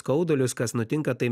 skaudulius kas nutinka tai